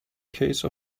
case